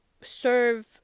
serve